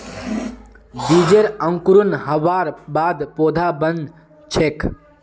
बीजेर अंकुरण हबार बाद पौधा बन छेक